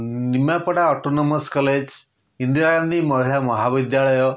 Nimapada autonomous college Indira Gandhi ମହିଳା ମହାବିଦ୍ୟାଳୟ